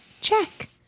Check